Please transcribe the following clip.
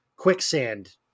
quicksand